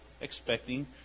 expecting